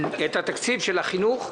התקציב של החינוך.